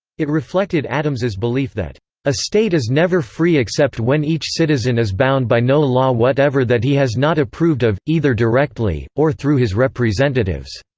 it reflected adams's belief that a state is never free except when each citizen is bound by no law whatever that he has not approved of, either directly, or through his representatives.